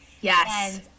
Yes